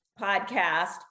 podcast